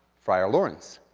friar lawrence.